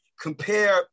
compare